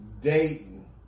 dating